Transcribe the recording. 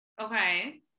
Okay